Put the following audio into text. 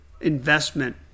investment